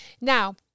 Now